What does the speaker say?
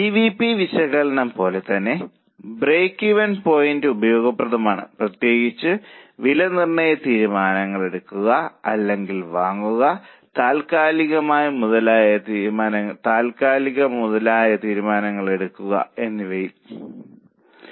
C V P വിശകലനം പോലെ തന്നെ ബ്രേക്ക്വെൻ പോയിന്റും ഉപയോഗപ്രദമാണ് പ്രത്യേകിച്ചും വിലനിർണ്ണയ തീരുമാനങ്ങൾക്കും താൽക്കാലിക അടച്ചുപൂട്ടൽ തീരുമാനങ്ങൾക്കും നിർമ്മിക്കണോ വാങ്ങിക്കണോ എന്നുള്ള തീരുമാനങ്ങൾക്കും തുടങ്ങിയവ